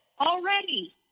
already